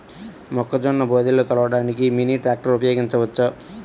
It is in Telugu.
మొక్కజొన్న బోదెలు తోలడానికి మినీ ట్రాక్టర్ ఉపయోగించవచ్చా?